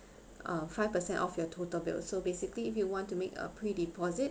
uh five percent of your total bill so basically if you want to make a pre deposit